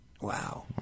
wow